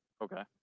okay